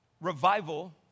Revival